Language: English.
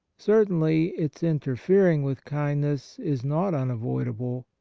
certainly its interfering with kindness is not un avoidable.